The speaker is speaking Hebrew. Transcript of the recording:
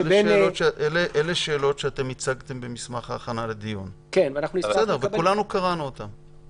אלה שאלות שהצגתם במסמך ההכנה לדיון וכולנו קראנו אותן.